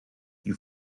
you